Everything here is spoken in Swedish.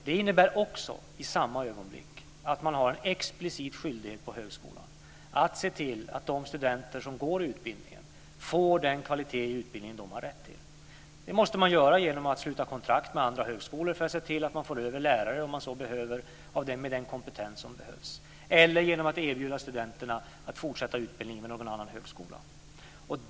Det innebär också i samma ögonblick att man har en explicit skyldighet på högskolan att se till att de studenter som går utbildningen får den kvalitet i utbildningen som de har rätt till. Det måste man göra genom att sluta kontrakt med andra högskolor för att se till att få över lärare, om man så behöver, med den kompetens som krävs. Man kan också erbjuda studenterna att fortsätta utbildningen vid någon annan högskola.